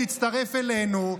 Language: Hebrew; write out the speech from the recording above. הצטרף אלינו,